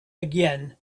again